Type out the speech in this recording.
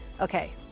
Okay